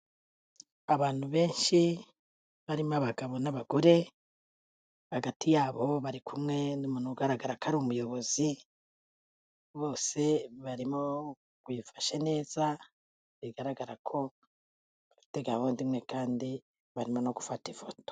Abantu benshi barimo abagabo n'abagore hagati yabo bari kumwe n'umuntu ugaragara ko ari umuyobozi, bose barimo bifashe neza bigaragara ko bafite gahunda imwe kandi barimo no gufata ifoto.